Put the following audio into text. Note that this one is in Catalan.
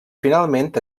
finalment